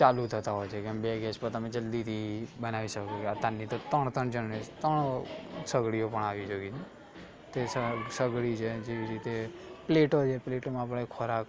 ચાલુ થતાં હોય છે કેમ કે એ ગેસ પર તમે જલ્દીથી બનાવી શકો અત્યારની તો ત્રણ ત્રણ જનરે ત્રણ સગડીઓ પણ આવી જવી છે તે સ સગડી છે જેવી રીતે પ્લેટો છે પ્લેટોમાં આપણે ખોરાક